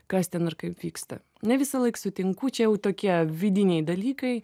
kas ten ir kaip vyksta ne visąlaik sutinku čia jau tokie vidiniai dalykai